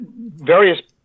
various